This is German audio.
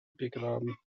begraben